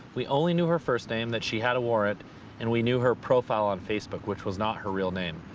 we only knew her first name that she had a warrant and we knew her profile on facebook which was not her real name.